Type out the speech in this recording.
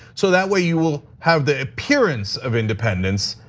so that way you will have the appearance of independence.